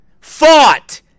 fought